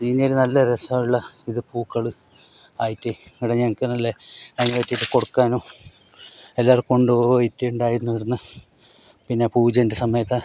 സീനിയ ഒരു നല്ല രസമുള്ള ഇത് പൂക്കൾ ആയിട്ട് ഇവിടെ ഞങ്ങൾക്ക് നല്ല കൊടുക്കുവാനും എല്ലാവർക്കും കൊണ്ടുപോയിട്ട് ഉണ്ടായിരുന്നു ഇവിടെ നിന്ന് പിന്നെ പൂജൻ്റെ സമയത്ത്